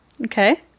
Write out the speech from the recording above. okay